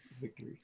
victory